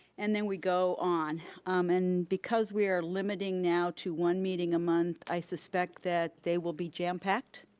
and then we go on. um and because we are limiting now to one meeting a month, i suspect that they will be jam packed.